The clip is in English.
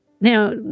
Now